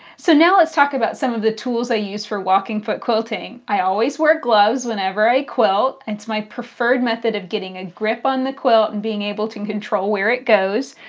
so now let's talk about some of the tools i use for walking-foot quilting. i always wear gloves whenever i quilt. it's my preferred method of getting a grip on the quilt and being able to control where it goes.